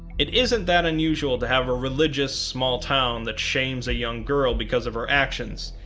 it isn't that unusal to have a religious small town that shames a young girl because of her actions,